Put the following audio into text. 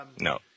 No